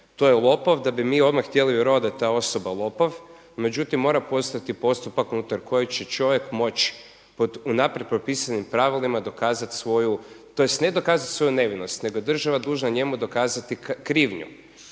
to je lopov, da bi mi odmah htjeli vjerovati da je ta osoba lopov. Međutim, mora postojati postupak unutar kojeg će čovjek moći pod unaprijed propisanim pravilima dokazati svoju, tj. ne dokazati svoju nevinost, nego je država dužna njemu dokazati krivnju.